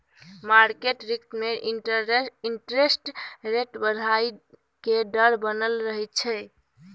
market risk में interest rate बढ़इ के डर बनल रहइ छइ